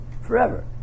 forever